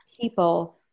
people